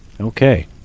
Okay